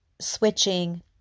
switching